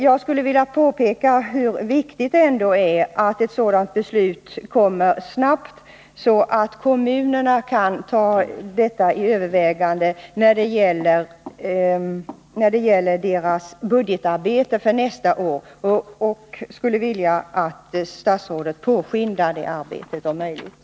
Jag vill då påpeka hur viktigt det ändå är att ett beslut kommer snart, så att kommunerna kan ta hänsyn till detta vid budgetarbetet för nästa år. Jag skulle vilja att statsrådet, om möjligt, påskyndar beredningsarbetet.